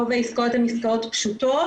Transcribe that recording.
רוב העסקאות הן עסקאות פשוטות